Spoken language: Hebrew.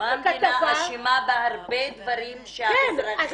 --- מה המדינה אשמה בהרבה דברים שהאזרחים